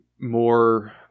more